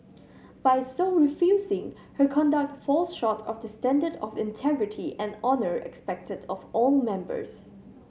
by so refusing her conduct falls short of the standard of integrity and honour expected of all members